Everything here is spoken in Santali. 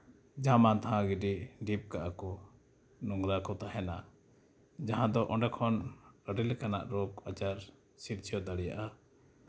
ᱡᱟᱦᱟᱸ ᱢᱟᱱ ᱛᱟᱦᱟᱸ ᱜᱤᱰᱤ ᱰᱷᱤᱯ ᱠᱟᱜᱼᱟ ᱠᱚ ᱱᱳᱝᱨᱟ ᱠᱚ ᱛᱟᱦᱮᱱᱟ ᱡᱟᱦᱟᱸ ᱫᱚ ᱚᱸᱰᱮ ᱠᱷᱚᱱ ᱟᱹᱰᱤ ᱞᱮᱠᱟᱱᱟᱜ ᱨᱳᱜᱽ ᱟᱡᱟᱨ ᱥᱤᱨᱡᱟᱹᱣ ᱫᱟᱲᱮᱭᱟᱜᱼᱟ